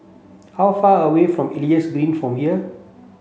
how far away from Elias Green from here